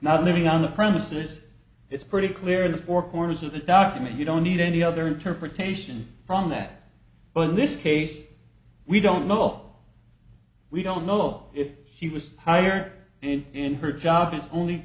not living on the premises it's pretty clear in the four corners of the document you don't need any other interpretation from that but in this case we don't know all we don't know if he was hired and in her job is only